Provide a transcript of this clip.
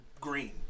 green